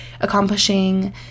accomplishing